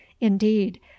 indeed